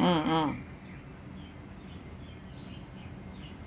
mm mm